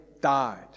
died